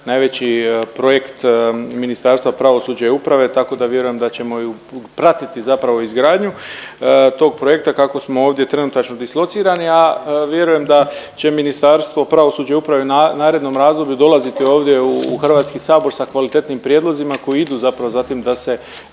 najveći projekt Ministarstva pravosuđa i uprave tako da vjerujem da ćemo i pratiti zapravo izgradnju tog projekta kako smo ovdje trenutačno dislocirani, a vjerujem da će Ministarstvo pravosuđa i uprave u narednom razdoblju dolaziti ovdje u Hrvatski sabor sa kvalitetnim prijedlozima koji idu zapravo za tim da se